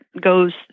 goes